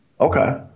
Okay